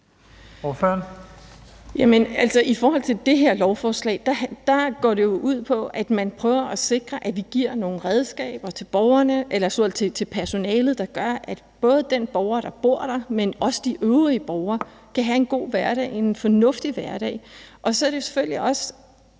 I forhold til det her lovforslag går det jo ud på, at man prøver at sikre, at vi giver nogle redskaber til personalet, der gør, at både den borger, der bor der, men også de øvrige borgere kan have en god og fornuftig hverdag. Så er det selvfølgelig også